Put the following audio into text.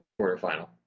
quarterfinal